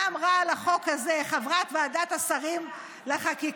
מה אמרה על החוק הזה חברת ועדת השרים לחקיקה,